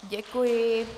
Děkuji.